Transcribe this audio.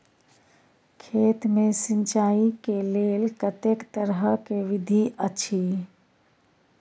खेत मे सिंचाई के लेल कतेक तरह के विधी अछि?